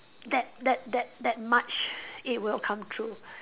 that that that that much it will come true